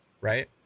right